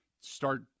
start